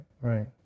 Right